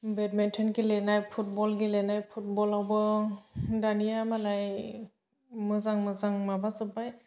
badminton गेलेनाय football गेलेनाय फुटबलावबो दानिया मालाय मोजां मोजां माबा जोब्बाय